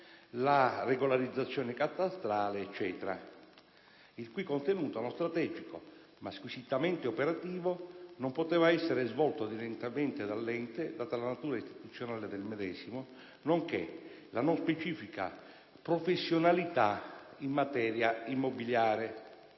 la regolarizzazione catastale e così via, il cui contenuto non strategico, ma squisitamente operativo, non poteva essere svolto direttamente dall'ente, data la natura istituzionale del medesimo, nonché la non specifica professionalità in materia immobiliare.